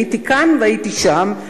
הייתי כאן והייתי שם,